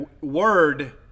word